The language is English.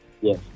Yes